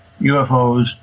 UFOs